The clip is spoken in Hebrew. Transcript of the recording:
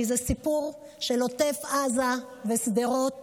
כי זה סיפור של עוטף עזה ושדרות.